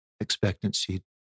expectancy